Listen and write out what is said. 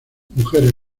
mujeres